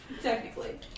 Technically